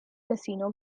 casino